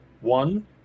one